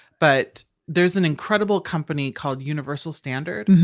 but there's an incredible company called universal standard.